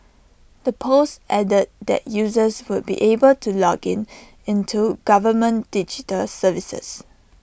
the post added that users would be able to log into government digital services